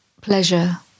pleasure